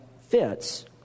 fits